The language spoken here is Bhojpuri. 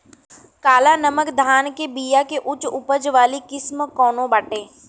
काला नमक धान के बिया के उच्च उपज वाली किस्म कौनो बाटे?